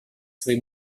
свои